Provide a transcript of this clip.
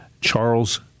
Charles